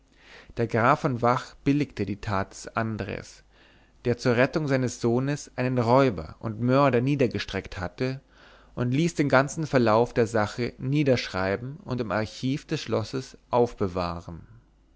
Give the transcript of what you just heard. der graf von vach billigte die tat des andres der zur rettung seines sohnes einen räuber und mörder niedergestreckt hatte und ließ den ganzen verlauf der sache niederschreiben und im archiv des schlosses aufbewahren